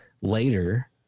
later